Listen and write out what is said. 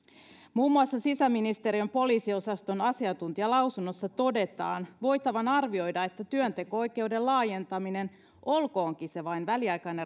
muun muassa sisäministeriön poliisiosaston asiantuntijalausunnossa todetaan voitavan arvioida että työnteko oikeuden laajentaminen olkoonkin se vain väliaikainen